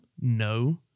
No